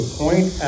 point